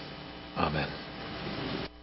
Amen